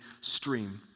stream